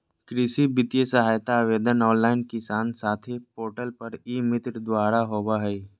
कृषि वित्तीय सहायता आवेदन ऑनलाइन किसान साथी पोर्टल पर ई मित्र द्वारा होबा हइ